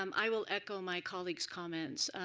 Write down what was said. um i will echo my colleagues' comments.